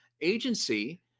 agency